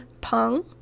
pong